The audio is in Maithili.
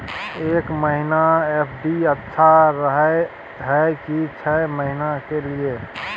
एक महीना एफ.डी अच्छा रहय हय की छः महीना के लिए?